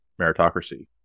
meritocracy